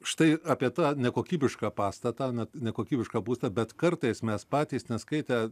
štai apie tą nekokybišką pastatą ne nekokybišką būstą bet kartais mes patys neskaitę